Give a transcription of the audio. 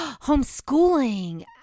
homeschooling